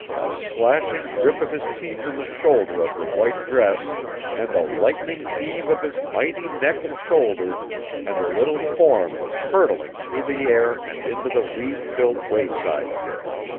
a slashing grip of his teeth in the shoulder of her white dress and a lightning heave of his mighty neck and shoulders and the little form was hurtling through the air and into the weed-filled wayside ditch.